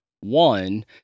One